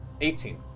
Eighteen